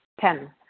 Ten